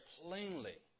plainly